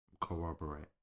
corroborate